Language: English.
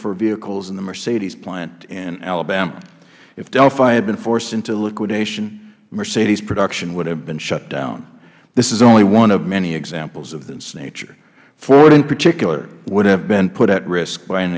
for vehicles in the mercedes plant in alabama if delphi had been forced into liquidation mercedes production would have been shut down this is only one of many examples of this nature ford in particular would have been put at risk by an